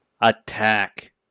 Attack